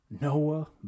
Noah